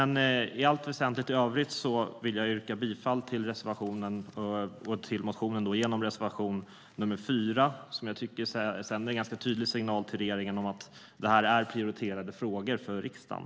I allt väsentligt i övrigt vill jag yrka bifall till motionen genom reservation nr 4, som jag tycker sänder en tydlig signal till regeringen om att det här är prioriterade frågor för riksdagen.